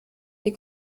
die